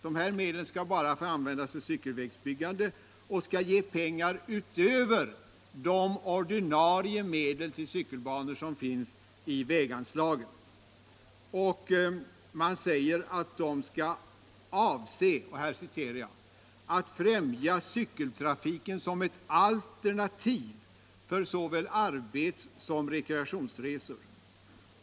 Dessa medel kan endast användas för cykelvägsbyggande och skall ge pengar utöver de ordinarie medel till cykelbanor som finns inom väganslagens ram. De avser ”att främja cykeltrafiken som ett alternativ för såväl arbets-som rekreationsresor.